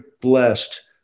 blessed